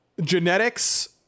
genetics